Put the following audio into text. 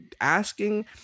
asking